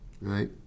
right